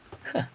ha